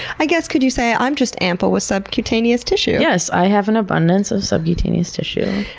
i guess, could you say, i'm just ample with subcutaneous tissue. yes. i have an abundance of subcutaneous tissue.